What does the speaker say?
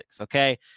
Okay